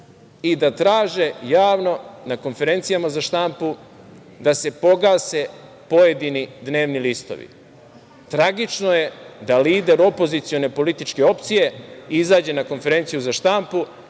i da traže javno na konferencijama za štampu da se pogase pojedini dnevni listovi. Tragično je da lider opozicione političke opcije izađe na konferenciju za štampu